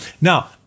Now